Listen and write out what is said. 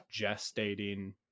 gestating